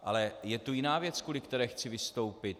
Ale je tu jiná věc, kvůli které chci vystoupit.